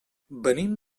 venim